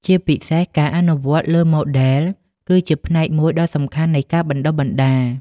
ជាពិសេសការអនុវត្តផ្ទាល់លើម៉ូដែលគឺជាផ្នែកមួយដ៏សំខាន់នៃការបណ្តុះបណ្តាល។